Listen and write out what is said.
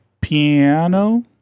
piano